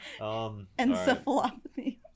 Encephalopathy